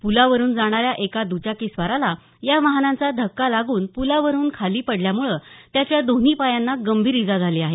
पुलावरून जाणाऱ्या एका दुचार्कीस्वाराला या वाहनांचा धक्का लागून पुलावरुन खाली पडल्यामुळे त्याच्या दोन्ही पायांना गंभीर इजा झाली आहे